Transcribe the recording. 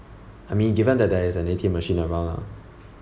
I mean given that there is an A_T_M machine around lah